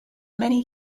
many